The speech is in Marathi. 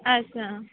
अच्छा